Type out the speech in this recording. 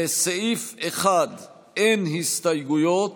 לסעיף 1 אין הסתייגויות,